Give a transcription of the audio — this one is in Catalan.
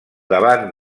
davant